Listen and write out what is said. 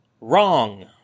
wrong